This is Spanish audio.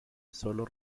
sólo